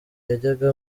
yajyaga